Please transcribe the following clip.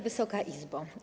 Wysoka Izbo!